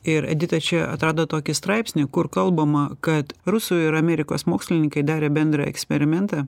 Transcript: ir edita čia atrado tokį straipsnį kur kalbama kad rusų ir amerikos mokslininkai darė bendrą eksperimentą